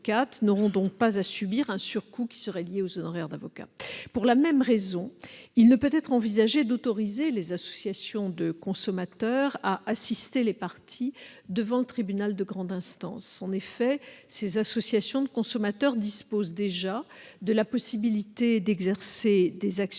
n'auront donc pas à subir un surcoût qui serait lié aux honoraires d'avocat. Pour la même raison, il ne peut être envisagé d'autoriser les associations de consommateurs à assister les parties devant le tribunal de grande instance. En effet, ces associations de consommateurs disposent déjà de la possibilité d'exercer des actions